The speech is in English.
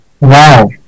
Wow